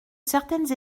certaines